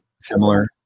similar